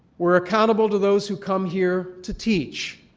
we're accountable to those who come here to teach,